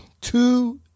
two